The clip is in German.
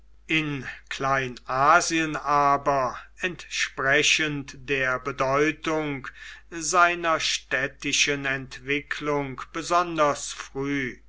in kleinasien aber entsprechend der bedeutung seiner städtischen entwicklung besonders früh